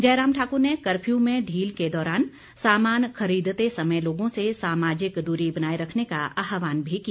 जयराम ठाकुर ने कर्फ्यू में ढील के दौरान सामान खरदीते समय लोगों से सामाजिक दूरी बनाए रखने का आह्वान भी किया